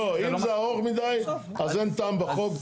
לא, אם זה ארוך מידי, אז אין טעם בחוק.